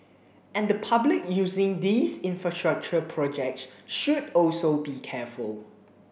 and the public using these infrastructure projects should also be careful